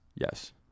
Yes